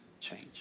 change